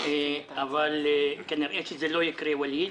אבל כנראה שזה לא יקרה, ווליד.